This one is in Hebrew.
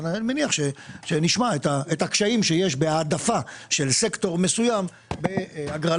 אני מניח שנשמע את הקשיים שיש בהעדפה של סקטור מסוים בהגרלה.